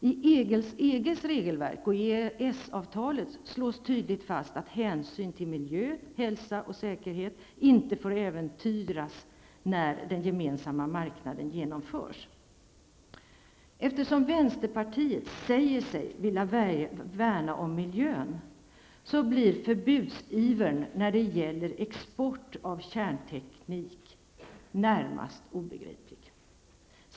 I EGs regelverk och i EES-avtalet slås tydligt fast att hänsynen till miljö, hälsa och säkerhet inte får äventyras när den gemensamma marknaden genomförs. Eftersom vänsterpartiet säger sig vilja värna om miljön blir förbudsivern när det gäller export av kärnteknik närmast obegriplig.